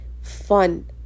fun